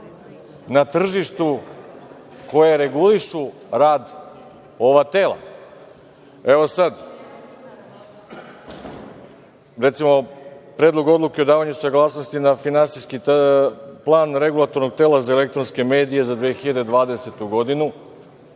na tržištu koji regulišu rad tela. Evo sad, recimo, Predlog odluke o davanju saglasnosti na Finansijski plan Regulatornog tela za elektronske medije za 2020. godinu,